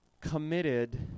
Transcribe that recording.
committed